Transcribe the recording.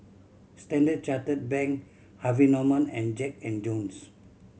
Standard Chartered Bank Harvey Norman and Jack and Jones